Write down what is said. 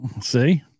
See